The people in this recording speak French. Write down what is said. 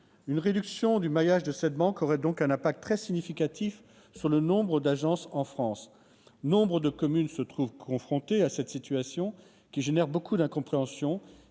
Une réduction du maillage de cette banque aurait donc un effet très significatif sur le nombre total d'agences en France. Nombre de communes se trouvent confrontées à cette situation, qui suscite beaucoup d'incompréhension.